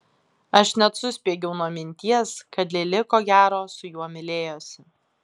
aš net suspiegiau nuo minties kad lili ko gero su juo mylėjosi